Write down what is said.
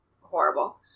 horrible